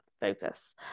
focus